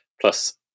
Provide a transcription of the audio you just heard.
Plus